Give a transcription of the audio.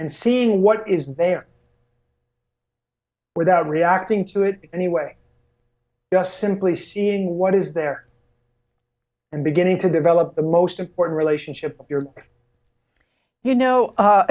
and seeing what is there without reacting to it anyway just simply seeing what is there and beginning to develop the most important relationship you